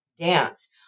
Dance